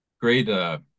great –